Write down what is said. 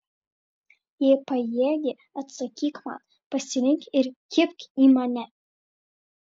jei pajėgi atsakyk man pasirenk ir kibk į mane